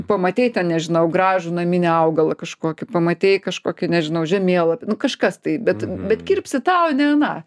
pamatei ten nežinau gražų naminį augalą kažkokį pamatei kažkokį nežinau žemėlapį nu kažkas tai bet bet kirpsi tą o ne aną